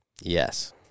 Yes